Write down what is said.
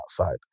outside